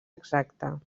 exacta